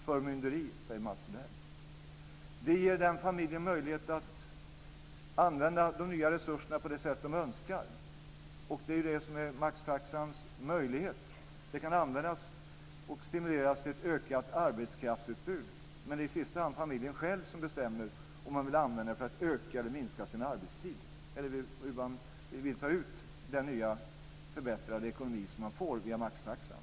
Förmynderi, säger Mats Odell. Det ger den familjen möjlighet att använda de nya resurserna på det sätt de önskar. Det är det som är maxtaxans möjlighet. Den kan användas och stimulera till ett ökat arbetskraftsutbud, men det är i sista hand familjen själv som bestämmer om man vill använda den för att öka eller minska sin arbetstid eller hur man nu vill använda den förbättrade ekonomi som man får via maxtaxan.